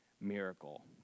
miracle